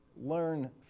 learn